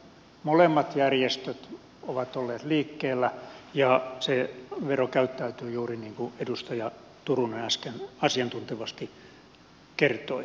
molemmat järjestöt ovat olleet liikkeellä ja se vero käyttäytyy juuri niin kuin edustaja turunen äsken asiantuntevasti kertoi